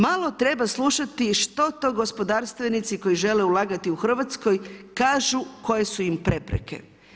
Malo treba slušati što to gospodarstvenici koji žele ulagati u RH kažu koje su im prepreke.